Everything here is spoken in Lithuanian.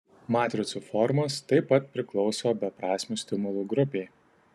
matricų formos taip pat priklauso beprasmių stimulų grupei